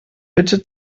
bitte